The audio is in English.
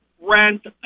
rent